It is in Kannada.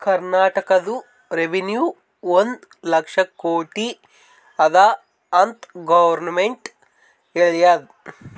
ಕರ್ನಾಟಕದು ರೆವೆನ್ಯೂ ಒಂದ್ ಲಕ್ಷ ಕೋಟಿ ಅದ ಅಂತ್ ಗೊರ್ಮೆಂಟ್ ಹೇಳ್ಯಾದ್